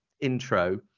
intro